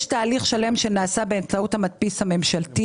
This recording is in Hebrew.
יש תהליך שלם שנעשה באמצעות המדפיס הממשלתי